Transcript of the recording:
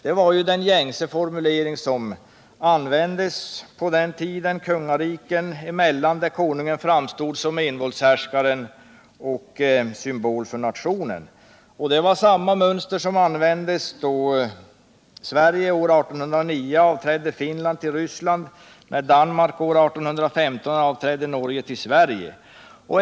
Det var helt enkelt den gängse formulering som användes på den tiden kungariken emellan, där konungen framstod som envåldshärskaren och symbolen för nationen. Samma mönster användes då Sverige år 1809 avträdde Finland till Ryssland och när Danmark år 1815 avträdde Norge till Sverige.